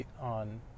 on